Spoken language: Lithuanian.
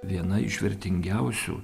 viena iš vertingiausių